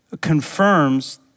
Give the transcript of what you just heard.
confirms